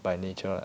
by nature